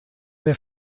der